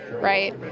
right